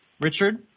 Richard